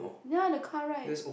ya the car ride